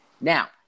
Now